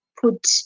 put